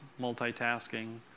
multitasking